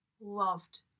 loved